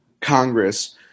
Congress